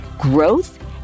growth